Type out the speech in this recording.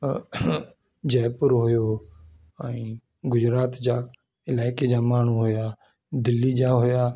जयपुर हुयो ऐं गुजरात जा इलाइके जा माण्हू हुया दिल्ली जा हुया